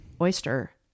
oyster